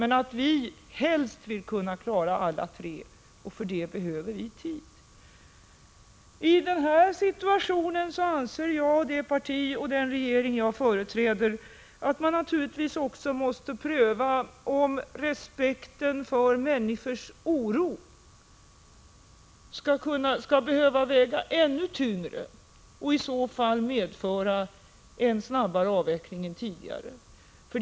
Men helst vill vi klara alla tre målen. För att det skall bli möjligt behöver vi tid. I den här situationen anser jag — och det gäller även det parti och den regering som jag företräder — att man naturligtvis också måste pröva om respekten för människors oro skall behöva väga ännu tyngre än tidigare. I så fall medför det en snabbare avveckling än som tidigare talats om.